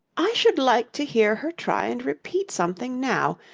i should like to hear her try and repeat something now.